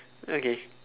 okay